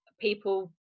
people